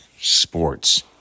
sports